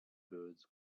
birds